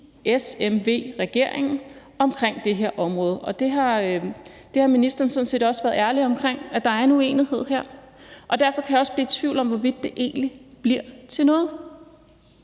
SMV-regeringen omkring det her område. Ministeren har sådan set også være ærlig omkring, at der er en uenighed her, og derfor kan jeg også blive i tvivl om, hvorvidt det egentlig bliver til noget.